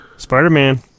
Spider-Man